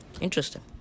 interesting